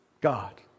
God